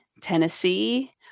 Tennessee